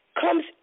comes